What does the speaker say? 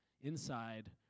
Inside